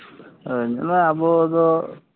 ᱦᱳᱭ ᱧᱮᱞᱢᱮ ᱟᱵᱚ ᱫᱚ